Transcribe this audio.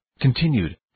continued